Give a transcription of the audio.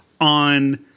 on